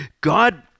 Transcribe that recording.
God